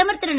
பிரதமர் திரு